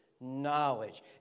knowledge